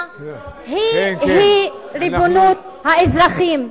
היא-היא ריבונות האזרחים.